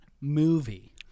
movie